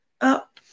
up